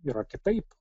yra kitaip